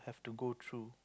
to go through